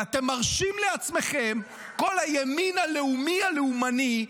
ואתם מרשים לעצמכם, כל הימין הלאומי והלאומני,